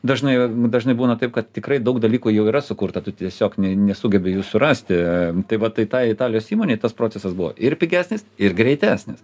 dažnai dažnai būna taip kad tikrai daug dalykų jau yra sukurta tu tiesiog nesugebi jų surasti tai vat tai tai italijos įmonei tas procesas buvo ir pigesnis ir greitesnis